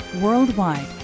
Worldwide